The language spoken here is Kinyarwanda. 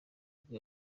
nibwo